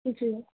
जी